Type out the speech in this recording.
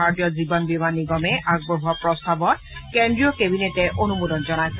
ভাৰতীয় জীৱন বীমা নিগমে আগবঢ়োৱা প্ৰস্তাৱত কেন্দ্ৰীয় কেবিনেটে অনুমোদন জনাইছে